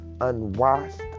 unwashed